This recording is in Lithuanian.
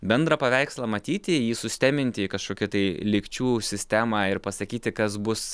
bendrą paveikslą matyti jį susteminti į kažkokį tai lygčių sistemą ir pasakyti kas bus